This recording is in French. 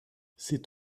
c’est